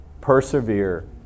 persevere